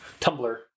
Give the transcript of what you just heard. Tumblr